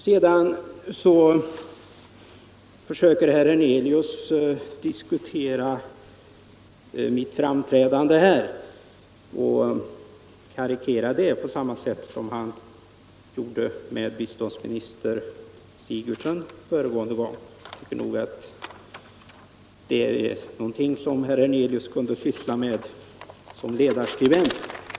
Sedan talade herr Hernelius också om mitt framträdande här och karikerade det på samma sätt som han gjorde med biståndsminister Sigurdsens framträdande förra gången. Det tycker jag nog är någonting som herr Hernelius kunde syssla med som ledarskribent.